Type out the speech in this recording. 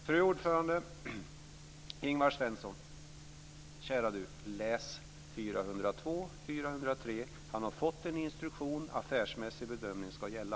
Fru talman! Ingvar Svensson! Kära du, läs s. 402 och 403! Jan-Åke Kark har fått en instruktion. Affärsmässig bedömning ska gälla.